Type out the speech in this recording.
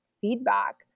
feedback